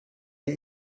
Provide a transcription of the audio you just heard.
der